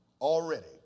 Already